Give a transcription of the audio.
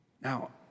Now